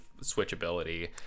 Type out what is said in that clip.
switchability